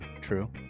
True